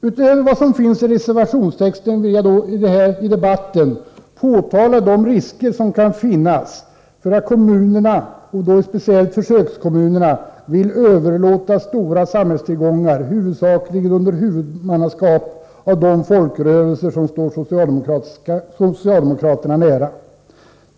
Utöver vad som står i reservationstexten vill jag i debatten påtala de risker som kan finnas för att försökskommunerna vill överlåta stora samhällstillgångar huvudsakligen under huvudmannaskap av de folkrörelser som står socialdemokraterna nära.